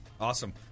Awesome